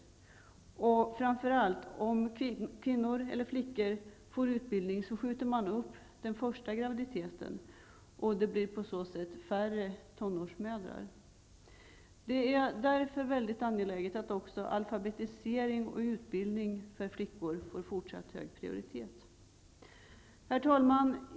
Och framför allt: om kvinnor eller flickor får utbildning, skjuter de upp den första graviditeten. På så sätt blir antalet tonårsmödrar färre. Det är därför väldigt angeläget att också alfabetisering och utbildning för flickor får fortsatt hög prioritet. Herr talman!